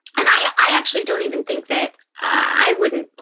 and i i actually don't even think that i wouldn't,